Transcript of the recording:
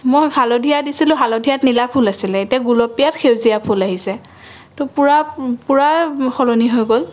মই হালধীয়া দিছিলোঁ হালধীয়াত নীলা ফুল আছিলে এতিয়া গুলপীয়াত সেউজীয়া ফুল আহিছে তো পূৰা পূৰা সলনি হৈ গ'ল